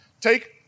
Take